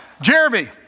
Jeremy